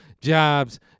jobs